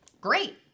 great